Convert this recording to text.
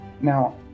Now